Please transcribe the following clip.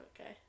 Okay